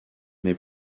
mais